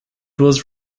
was